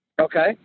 Okay